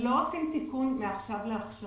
לא עושים תיקון מעכשיו לעכשיו.